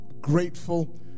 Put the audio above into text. grateful